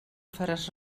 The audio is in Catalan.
faràs